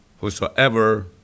whosoever